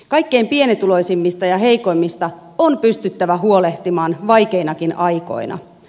kaikkein pienituloisimmista ja heikoimmista on pystyttävä huolehtimaan vaikeinakin aikoina